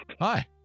hi